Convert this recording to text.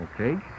Okay